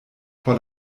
por